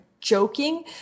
joking